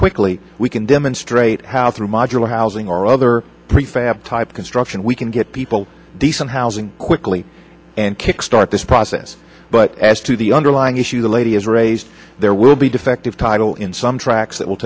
quickly we can demonstrate how through modular housing or other prefab type construction we can get people decent housing quickly and kick start this process but as to the underlying issue the lady has raised there will be defective title in some tracks it will